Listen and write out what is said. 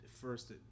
first